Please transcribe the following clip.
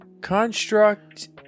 Construct